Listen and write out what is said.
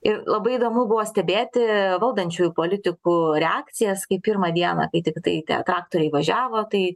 ir labai įdomu buvo stebėti valdančiųjų politikų reakcijas kai pirmą dieną kai tiktai tie traktoriai važiavo tai